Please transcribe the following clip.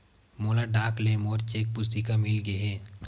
मोला डाक ले मोर चेक पुस्तिका मिल गे हे